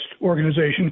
organization